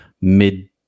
mid